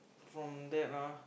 from that ah